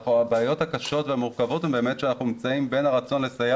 הבעיות הקשות והמורכבות הן באמת שאנחנו נמצאים בין הרצון לסייע